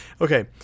Okay